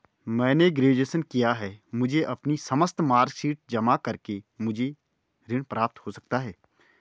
मैंने ग्रेजुएशन किया है मुझे अपनी समस्त मार्कशीट जमा करके मुझे ऋण प्राप्त हो सकता है?